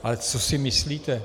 Ale co si myslíte?